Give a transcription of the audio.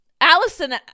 Allison